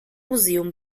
museum